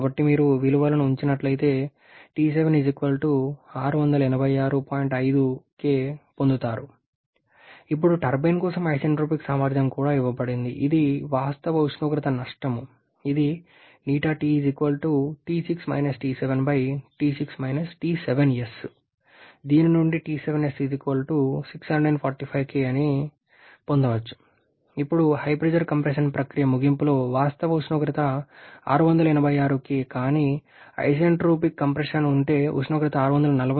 కాబట్టి మీరు విలువలను ఉంచినట్లయితే మీరు పొందుతారు ఇప్పుడు టర్బైన్ కోసం ఐసెంట్రోపిక్ సామర్థ్యం కూడా ఇవ్వబడింది ఇది వాస్తవ ఉష్ణోగ్రత నష్టం ఇది దీని నుండి పొందవచ్చు ఇప్పుడు HP కంప్రెషన్ ప్రక్రియ ముగింపులో వాస్తవ ఉష్ణోగ్రత 686 K కానీ ఐసెంట్రోపిక్ కంప్రెషన్ ఉంటే ఉష్ణోగ్రత 645 K